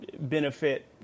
benefit